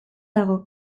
dago